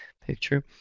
picture